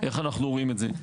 איך אנחנו רואים את זה.